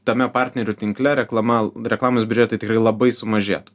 tame partnerių tinkle reklama reklamos biudžetai tikrai labai sumažėtų